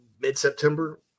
mid-September